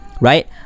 right